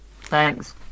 Thanks